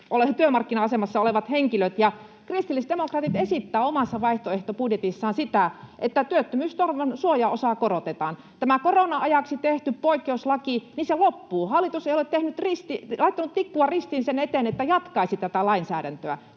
työmarkkina-asemassa olevat henkilöt, ja kristillisdemokraatit esittävät omassa vaihtoehtobudjetissaan, että työttömyysturvan suojaosaa korotetaan. Tämä korona-ajaksi tehty poikkeuslaki loppuu, ja hallitus ei ole laittanut tikkua ristiin sen eteen, että jatkaisi tätä lainsäädäntöä.